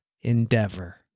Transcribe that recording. endeavor